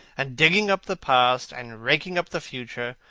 and digging up the past, and raking up the future.